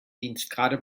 dienstgrade